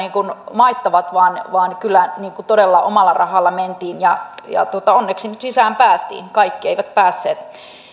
maittavat vaan vaan kyllä todella omalla rahalla mentiin ja ja onneksi nyt sisään päästiin kaikki eivät päässeet